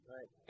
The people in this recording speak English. Right